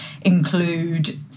include